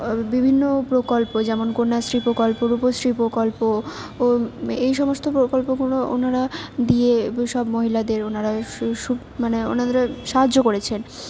বিভিন্ন প্রকল্প যেমন কন্যাশ্রী প্রকল্প রুপশ্রী প্রকল্প ও এই সমস্ত প্রকল্পগুলো ওনারা দিয়ে সব মহিলাদের ওনারা মানে ওনাদেরা সাহায্য করেছেন